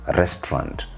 restaurant